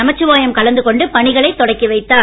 நமச்சிவாயம் கலந்து கொண்டு பணிகளை தொடங்கி வைத்தார்